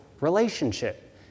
relationship